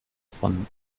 von